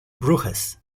bruges